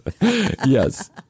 Yes